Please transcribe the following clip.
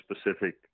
specific